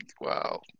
wow